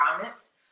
comments